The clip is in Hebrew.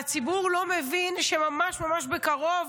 והציבור לא מבין שממש ממש בקרוב,